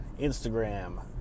Instagram